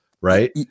right